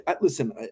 listen